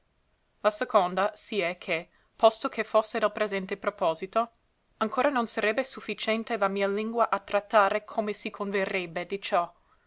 la seconda si è che posto che fosse del presente proposito ancora non sarebbe sufficiente la mia lingua a trattare come si converrebbe di ciò